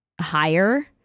higher